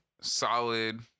solid